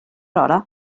hora